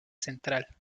central